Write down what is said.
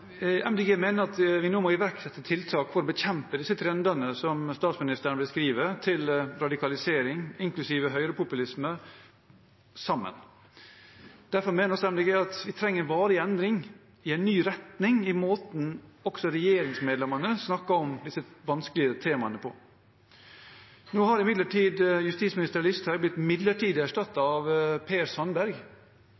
mener at vi nå må iverksette tiltak for å bekjempe disse trendene som statsministeren beskriver, og radikalisering, inklusiv høyrepopulisme, sammen. Derfor mener Miljøpartiet De Grønne at vi trenger en varig endring og en ny retning i måten også regjeringsmedlemmene snakker om disse vanskelige temaene på. Nå har imidlertid justisminister Listhaug blitt midlertidig